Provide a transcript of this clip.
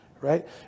Right